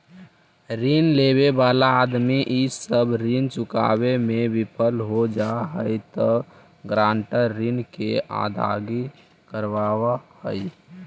ऋण लेवे वाला आदमी इ सब ऋण चुकावे में विफल हो जा हई त गारंटर ऋण के अदायगी करवावऽ हई